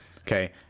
okay